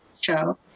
show